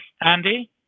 Andy